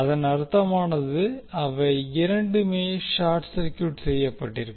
அதன் அர்த்தமானது அவை இரண்டுமே ஷார்ட் சர்க்யூட் செய்யப்பட்டிருக்கும்